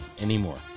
anymore